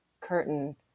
curtain